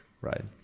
right